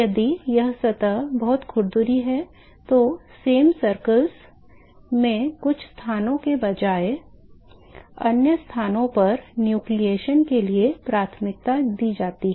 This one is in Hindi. यदि वह सतह बहुत खुरदरी है तो समान वृत्तों में कुछ स्थानों के bajaye अन्य स्थानों पर न्यूक्लियेशन के लिए प्राथमिकता दी जाती है